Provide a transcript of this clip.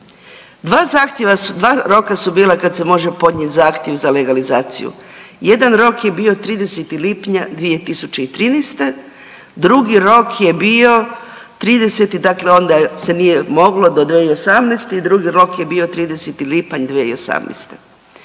Dva roka su bila kad se može podnijet zahtjev za legalizaciju. Jedan rok je bio 30. lipnja 2013., drugi rok je bio 30., dakle onda se nije moglo do 2018. i drugi rok je bio 30. lipanj 2018.